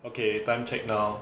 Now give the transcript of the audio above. okay time check now